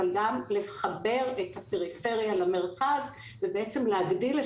אבל גם לחבר את הפריפריה למרכז ולהגדיל את